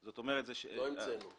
זה לא בא להסדיר את הבנייה לפלסטינים.